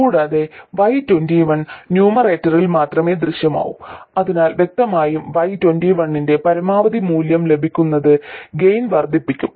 കൂടാതെ y21 ന്യൂമറേറ്ററിൽ മാത്രമേ ദൃശ്യമാകൂ അതിനാൽ വ്യക്തമായും y21 ന്റെ പരമാവധി മൂല്യം ലഭിക്കുന്നത് ഗെയിൻ വർദ്ധിപ്പിക്കും